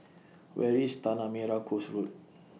Where IS Tanah Merah Coast Road